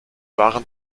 waren